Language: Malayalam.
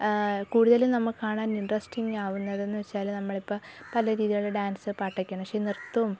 കൂടുതലും നമ്മൾ കാണാൻ ഇൻട്രസ്റ്റിങ് ആവുന്നതെന്ന് വെച്ചാൽ നമ്മളിപ്പം പല രീതിയിലുള്ള ഡാൻസ് പാട്ടൊക്കെയാണ് പക്ഷേ ഈ നൃത്തവും